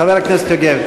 חבר הכנסת יוגב.